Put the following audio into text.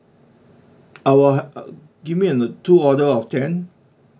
I'll give an uh two order of the ten